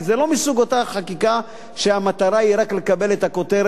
כי זה לא מסוג החקיקה שהמטרה היא רק לקבל את הכותרת,